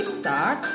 start